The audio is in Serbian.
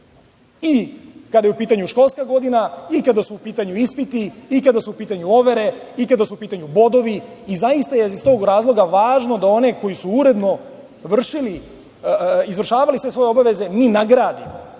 i kada je u pitanju školska godina i kada su u pitanju ispiti i kada su u pitanju overe, kada su u pitanju bodovi i zaista je iz tog razloga važno da one koji su uredno izvršali sve svoje obaveze, mi nagradimo,